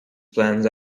plans